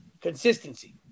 Consistency